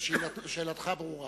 שאלתך ברורה.